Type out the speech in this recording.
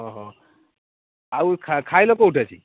ହଁ ହଁ ଆଉ ଖାଇଲ କେଉଁଠୁ ଆସିକରି